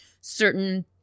certain